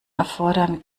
erfordern